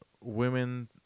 women